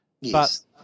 Yes